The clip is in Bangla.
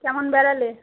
কেমন বেড়ালে